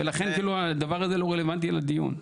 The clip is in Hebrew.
ולכן, הדבר הזה לא רלוונטי לדיון.